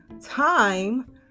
time